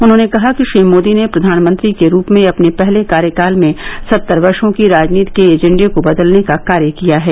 उन्होंने कहा कि श्री मोदी ने प्रधानमंत्री के रूप में अपने पहले कार्यकाल में सत्तर वर्षो की राजनीति के एजेंडे को बदलने का कार्य किया है